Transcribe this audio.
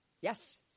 Yes